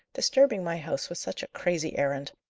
disturbing my house with such a crazy errand!